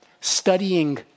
studying